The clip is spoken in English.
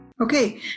Okay